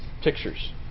Pictures